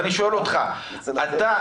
אני שואל אותך: אתה,